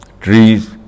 trees